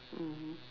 mmhmm